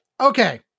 Okay